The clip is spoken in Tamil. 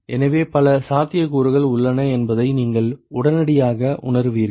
எனவே பல சாத்தியக்கூறுகள் உள்ளன என்பதை நீங்கள் உடனடியாக உணருவீர்கள்